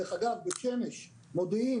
דרך אגב, בית שמש, מודיעין